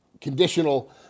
conditional